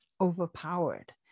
overpowered